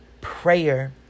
prayer